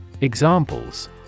Examples